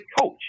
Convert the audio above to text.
coach